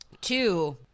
Two